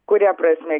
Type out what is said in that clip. kuria prasme